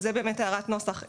זאת הערת נוסח.